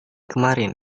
kemarin